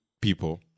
people